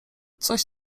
coś